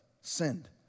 Sinned